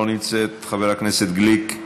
לא נמצאת, חבר הכנסת גליק,